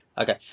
Okay